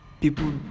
people